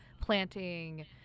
planting